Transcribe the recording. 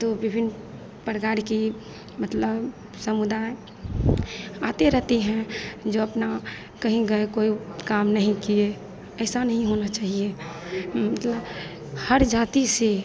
तो विभिन प्रकार की मतलब समुदाय आते रहते हैं जो अपना कहीं गए कोई काम नहीं किए ऐसा नहीं होना चाहिए मतलब हर जाति से